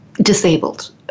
Disabled